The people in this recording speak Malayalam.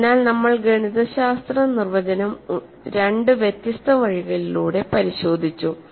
അതിനാൽ നമ്മൾ ഗണിതശാസ്ത്ര നിർവചനം രണ്ട് വ്യത്യസ്ത വഴികളിലൂടെ പരിശോധിച്ചു